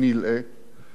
זו היתה אן.